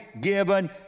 given